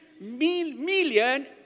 million